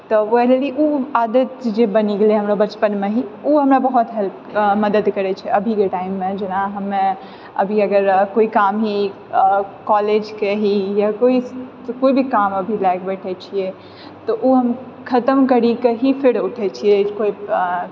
तऽ फाइनली उ आदत जे बनी गेलै हमरो बचपनमे ही उ हमरा बहुत हेल्प मदद करै छै अभीके टाइममे जेना हमे अभी अगर कोइ काम ही कॉलेजके ही या कोइ तऽ कोइ भी काम अभी लएके बैठे छियै तऽ उ हम खतम करि कऽ ही फिर उठै छियै